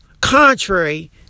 contrary